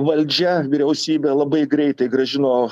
valdžia vyriausybė labai greitai grąžino